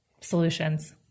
solutions